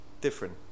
Different